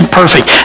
perfect